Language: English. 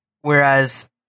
whereas